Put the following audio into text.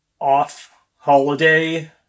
off-holiday